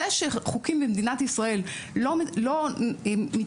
זה שחוקים במדינת ישראל לא מתיישמים,